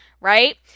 Right